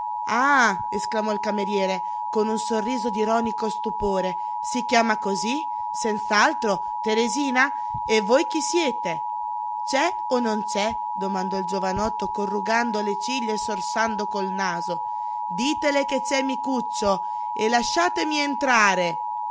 ah esclamò il cameriere con un sorriso d'ironico stupore si chiama cosí senz'altro teresina e voi chi siete c'è o non c'è domandò il giovanotto corrugando le ciglia e sorsando col naso ditele che c'è micuccio e lasciatemi entrare